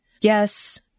yes